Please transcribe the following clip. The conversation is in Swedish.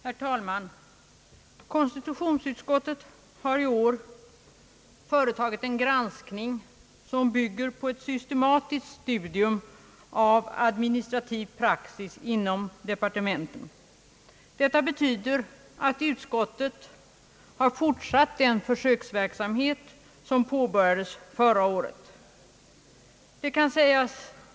Herr talman! Konstitutionsutskottet har i år företagit en granskning som bygger på ett systematiskt studium av administrativ praxis inom departementen. Detta betyder att utskottet har fortsatt den försöksverksamhet som påbörjades förra året.